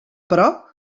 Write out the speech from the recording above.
però